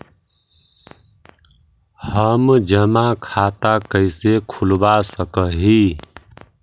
हम जमा खाता कैसे खुलवा सक ही?